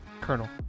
Colonel